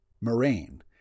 moraine